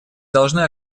должны